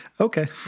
okay